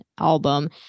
album